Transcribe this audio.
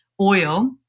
oil